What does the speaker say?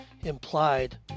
implied